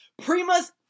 primas